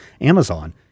Amazon